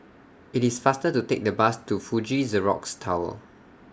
IT IS faster to Take The Bus to Fuji Xerox Tower